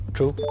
True